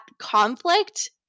conflict